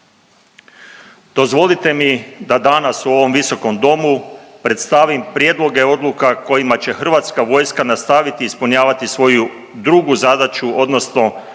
Dozvolite mi da danas u ovom visokom domu predstavim prijedloge odluka kojima će Hrvatska vojska nastaviti ispunjavati svoju drugu zadaću odnosno